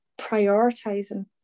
prioritizing